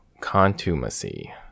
contumacy